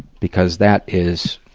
because that is,